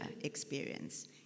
experience